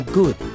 good